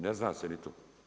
Ne zna se ni to.